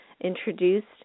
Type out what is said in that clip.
introduced